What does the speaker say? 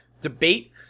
debate